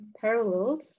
parallels